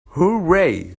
hooray